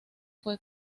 fue